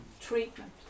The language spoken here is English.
treatment